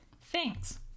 Thanks